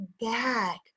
back